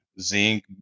zinc